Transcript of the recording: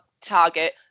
Target